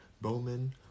Bowman